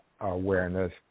awareness